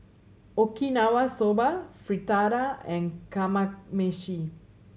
Okinawa Soba Fritada and Kamameshi